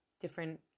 different